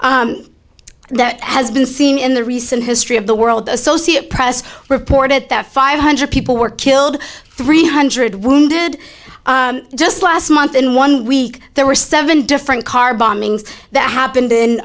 that has been seen in the recent history of the world associate press reported that five hundred people were killed three hundred wounded just last month in one week there were seven different car bombings that happened in